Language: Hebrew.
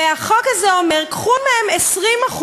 והחוק הזה אומר: קחו מהם 20%,